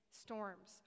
storms